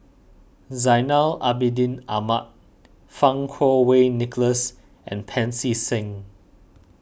Zainal Abidin Ahmad Fang Kuo Wei Nicholas and Pancy Seng